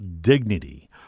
dignity